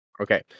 Okay